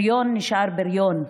בריון נשאר בריון.